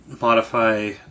modify